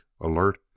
alert